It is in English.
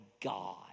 God